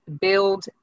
build